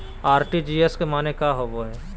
RTGS के माने की होबो है?